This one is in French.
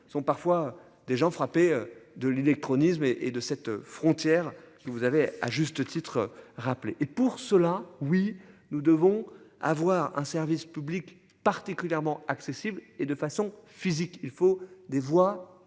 sont parfois des gens frappés de l'illectronisme elle et de cette frontière que vous avez à juste titre, rappeler et pour cela oui. Nous devons avoir un service public particulièrement accessible et de façon physique, il faut des voies